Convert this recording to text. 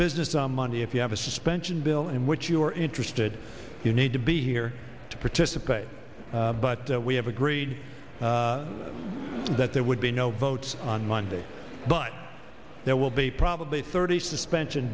business on monday if you have a suspension bill in which you are interested you need to be here to participate but we have agreed that there would be no votes on monday but there will be probably thirty suspension